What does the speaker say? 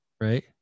right